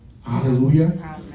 Hallelujah